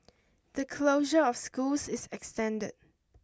the closure of schools is extended